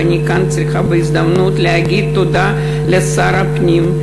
ואני כאן צריכה בהזדמנות זו להגיד תודה לשר הפנים,